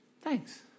thanks